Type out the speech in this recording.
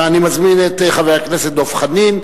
ואני מזמין את חבר הכנסת דב חנין,